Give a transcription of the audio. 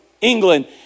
England